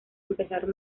empezar